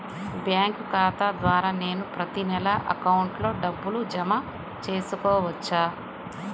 Bank ఖాతా ద్వారా నేను ప్రతి నెల అకౌంట్లో డబ్బులు జమ చేసుకోవచ్చా?